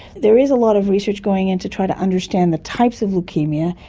there is a lot of research going and to try to understand the types of leukaemia,